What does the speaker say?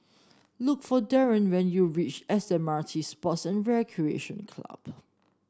look for Darrion when you reach S M R T Sports and Recreation Club